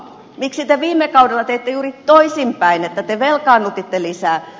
miksi te viime kaudella teitte juuri toisinpäin että te velkaannutitte lisää